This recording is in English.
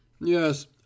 Yes